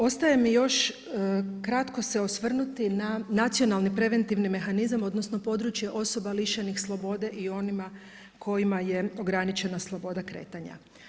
Ostaje mi još kratko se osvrnuti na nacionalni preventivni mehanizam, odnosno, područja osoba lišenih slobode i onima kojima je ograničena sloboda kretanja.